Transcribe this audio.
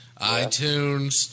iTunes